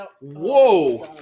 Whoa